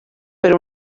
per